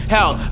Hell